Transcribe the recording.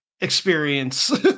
experience